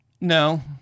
No